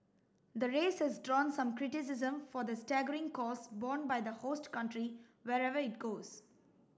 the race has drawn some criticism for the staggering costs borne by the host country wherever it goes